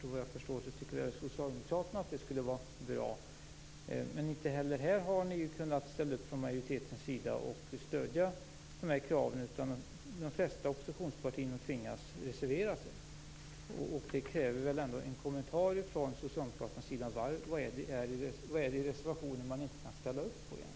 Såvitt jag förstår tycker även socialdemokraterna att det skulle vara bra. Men inte heller här har ni kunnat ställa upp från majoritetens sida och stödja dessa krav, utan de flesta oppositionspartier tvingas reservera sig. Det kräver väl ändå en kommentar från socialdemokraternas sida. Vad är det egentligen i reservationen man inte kan ställa upp på?